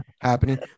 happening